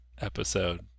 episode